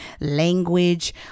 language